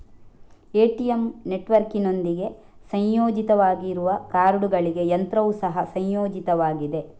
ATM ನೆಟ್ವರ್ಕಿನೊಂದಿಗೆ ಸಂಯೋಜಿತವಾಗಿರುವ ಕಾರ್ಡುಗಳಿಗೆ ಯಂತ್ರವು ಸಹ ಸಂಯೋಜಿತವಾಗಿದೆ